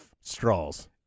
straws